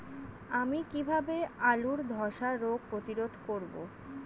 আমি কিভাবে আলুর ধ্বসা রোগ প্রতিরোধ করব?